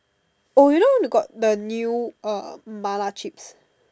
oh you know got the new uh mala chips